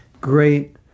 great